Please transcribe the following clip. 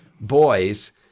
boys